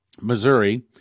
Missouri